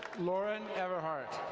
lauren everhart.